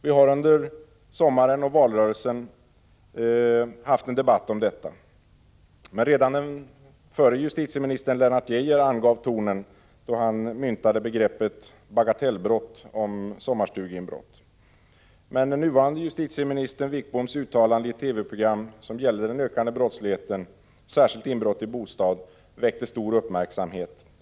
Vi har under sommaren och valrörelsen haft en debatt om detta. Redan förre justitieministern Lennart Geijer angav tonen då han myntade begreppet ”bagatellbrott” om sommarstugeinbrott. Den nuvarande justitieministern Wickboms uttalande i ett TV-program om den ökande brottsligheten, särskilt inbrott i bostad, väckte uppmärksamhet.